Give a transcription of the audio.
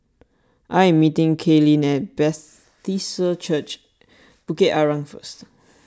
I am meeting Kaylyn at Church Bukit Arang first